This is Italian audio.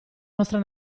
nostra